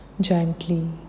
Gently